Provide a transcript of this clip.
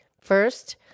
first